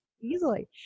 easily